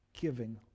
giving